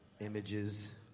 images